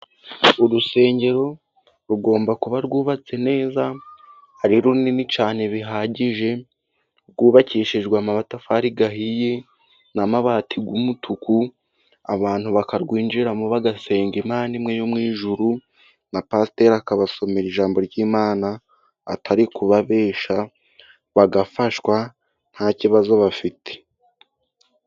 Urusengero rugomba kuba rwubatse neza ,ari runini cyane bihagije, rwubakishijwe amatafari ahiye n'amabati y'umutuku, abantu bakarwinjiramo bagasenga Imana imwe yo mu ijuru, na pasiteri akabasomera ijambo ry'Imana atari kubabeshya, bagafashwa ntakibazo bafite.